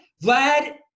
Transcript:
Vlad